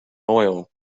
oil